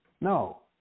No